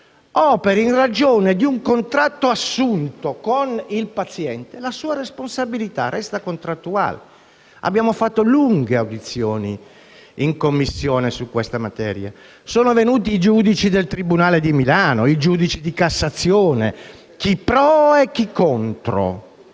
operi in ragione di un contratto assunto con il paziente, la sua responsabilità resta contrattuale. Abbiamo fatto lunghe audizioni in Commissione su questa materia; sono venuti i giudici del tribunale di Milano e quelli di Cassazione, chi pro e chi contro,